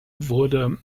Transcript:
wurde